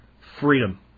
Freedom